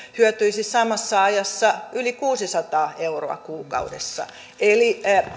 hyötyisi samassa ajassa yli kuusisataa euroa kuukaudessa eli